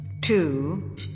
two